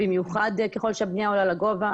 במיוחד ככל שהבניה עולה לגובה.